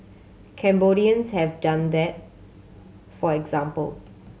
Cambodians have done that for example